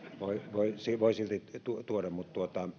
sen voi silti tuoda mutta